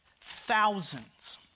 thousands